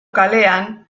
kalean